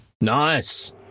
Nice